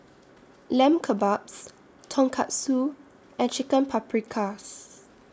Lamb Kebabs Tonkatsu and Chicken Paprikas